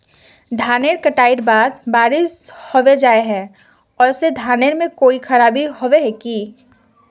धानेर कटाई के बाद बारिश होबे जाए है ओ से धानेर में कोई खराबी होबे है की?